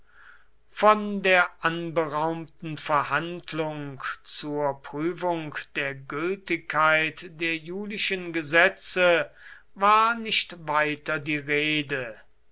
von der anberaumten verhandlung zur prüfung der gültigkeit der julischen gesetze war nicht weiter die rede